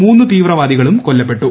മൂന്നു തീവ്രവാദികളും കൊല്ലപ്പെട്ടു